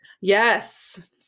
Yes